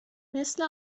مثل